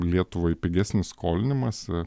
lietuvai pigesnį skolinimąsi